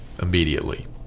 immediately